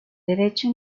derecho